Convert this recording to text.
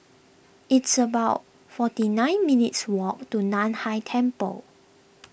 it's about forty nine minutes' walk to Nan Hai Temple